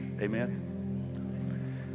amen